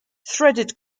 threaded